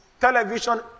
television